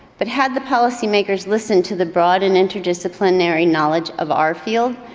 but had the policymakers listened to the broad and interdisciplinary knowledge of our field,